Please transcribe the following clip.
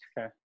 okay